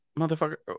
motherfucker